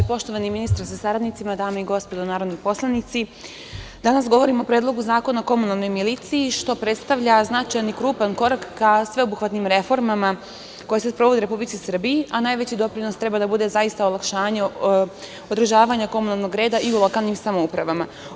Poštovani ministre sa saradnicima, dame i gospodo narodni poslanici, danas govorimo o Predlogu zakona o komunalnoj miliciji, što predstavlja značajan i krupan korak ka sveobuhvatnim reformama koje se sprovode u Republici Srbiji, a najveći doprinos treba da bude zaista olakšanje održavanja komunalnog reda i u lokalnim samoupravama.